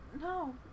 No